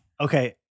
Okay